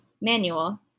Manual